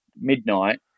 midnight